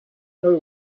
know